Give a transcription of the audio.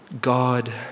God